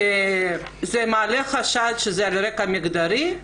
זה מעלה חשד שזה על רקע מגדרי?